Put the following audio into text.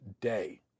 day